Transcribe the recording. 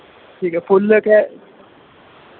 ਠੀਕ ਹੈ ਫੁੱਲ ਹੈ ਕਿ